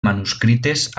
manuscrites